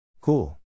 Cool